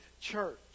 church